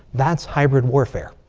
that's hybrid warfare